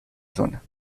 zona